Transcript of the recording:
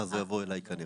אז הוא יבוא אליי כנראה.